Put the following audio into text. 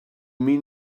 mean